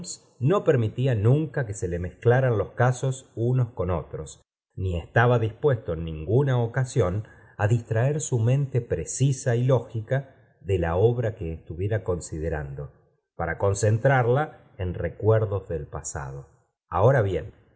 no permitía minea que se mezclaran los casos unos con otros ni estaba dispuesto en ninguna ocasión á distraer su mente precisa y lógica de la obra que estuviera considerando para concentrarla en recuerdos del pasado ahora bien